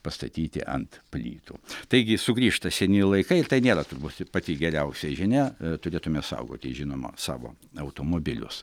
pastatyti ant plytų taigi sugrįžta seni laikai tai nėra turbūt pati geriausia žinia turėtume saugoti žinoma savo automobilius